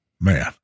Man